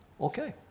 Okay